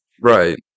Right